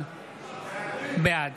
בעד